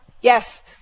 Yes